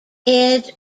edge